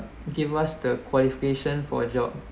give us the qualification for a job